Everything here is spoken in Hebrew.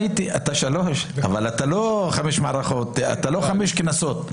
אתה לא בשלוש כנסות.